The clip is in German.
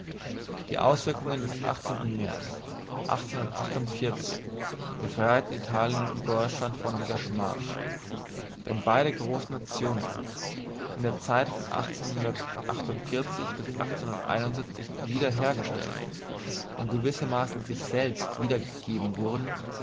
die auswirkungen des märz befreiten italien und deutschland von dieser schmach wenn beide großen nationen in der zeit von bis wiederhergestellt und gewissermaßen sich selbst wiedergegeben wurden